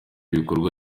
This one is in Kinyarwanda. ibikorwa